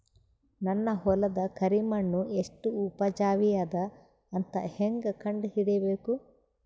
ನನ್ನ ಹೊಲದ ಕರಿ ಮಣ್ಣು ಎಷ್ಟು ಉಪಜಾವಿ ಅದ ಅಂತ ಹೇಂಗ ಕಂಡ ಹಿಡಿಬೇಕು?